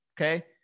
okay